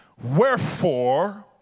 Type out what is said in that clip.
Wherefore